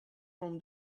from